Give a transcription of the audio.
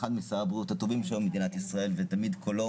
הוא אחד משרי הבריאות הטובים שהיו במדינת ישראל ותמיד קולו,